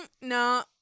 no